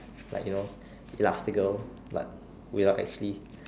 like you know elastical but without actually